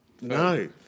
No